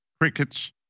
crickets